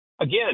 Again